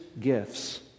gifts